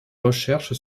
recherches